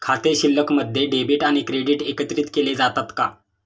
खाते शिल्लकमध्ये डेबिट आणि क्रेडिट एकत्रित केले जातात का?